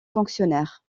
fonctionnaires